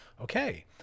okay